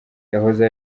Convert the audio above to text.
yahoze